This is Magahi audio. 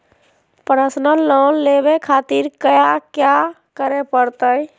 पर्सनल लोन लेवे खातिर कया क्या करे पड़तइ?